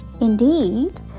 Indeed